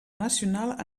nacional